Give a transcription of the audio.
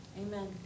Amen